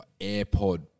AirPod